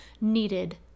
needed